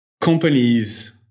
companies